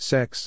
Sex